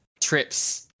trips